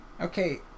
Okay